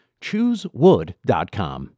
Choosewood.com